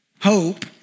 Hope